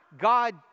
God